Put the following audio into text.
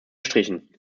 gestrichen